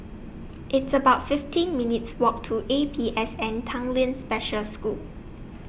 It's about fifteen minutes' Walk to A P S N Tanglin Special School